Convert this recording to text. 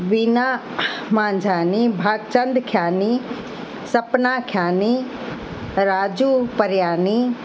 बीना मंझानी भाग चंद खयानी सपना खयानी राजू परयानी